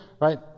right